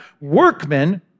workmen